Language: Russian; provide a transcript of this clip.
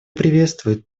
приветствует